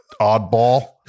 oddball